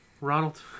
Ronald